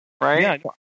Right